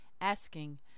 asking